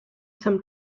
some